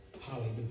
Hallelujah